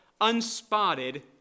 unspotted